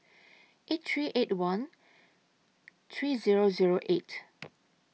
eight three eight one three Zero Zero eight